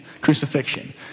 crucifixion